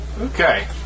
Okay